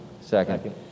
Second